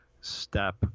step